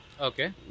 Okay